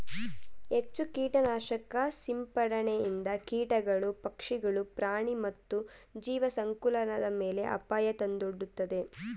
ಹೆಚ್ಚು ಕೀಟನಾಶಕ ಸಿಂಪಡಣೆಯಿಂದ ಕೀಟಗಳು, ಪಕ್ಷಿಗಳು, ಪ್ರಾಣಿ ಮತ್ತು ಜೀವಸಂಕುಲದ ಮೇಲೆ ಅಪಾಯ ತಂದೊಡ್ಡುತ್ತದೆ